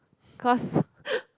cause